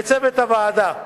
לצוות הוועדה,